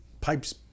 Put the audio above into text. pipes